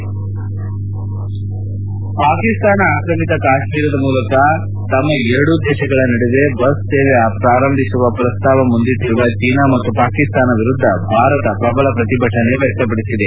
head Pakistan ಆಕ್ರಮಿತ ಕಾಶ್ಮೀರ ಪ್ರದೇಶದ ಮೂಲಕ ತಮ್ಮ ಎರಡೂ ದೇಶಗಳ ನಡುವೆ ಬಸ್ ಸೇವೆ ಪ್ರಾರಂಭಿಸುವ ಪ್ರಸ್ತಾವ ಮುಂದಿಟ್ಟರುವ ಚೀನಾ ಮತ್ತು ಪಾಕಿಸ್ತಾನ ವಿರುದ್ಧ ಭಾರತ ಪ್ರಬಲ ಪ್ರತಿಭಟನೆ ವ್ಯಕ್ತಪಡಿಸಿದೆ